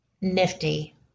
nifty